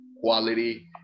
quality